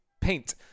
paint